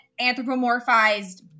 anthropomorphized